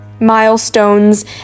milestones